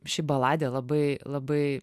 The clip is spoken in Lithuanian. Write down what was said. ši baladė labai labai